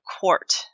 court